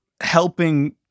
helping